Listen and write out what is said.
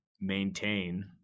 maintain